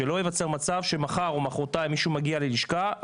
שלא ייווצר מצב שמחר או מחרתיים מישהו מגיע ללשכה,